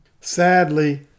Sadly